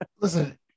Listen